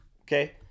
okay